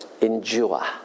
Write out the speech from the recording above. Endure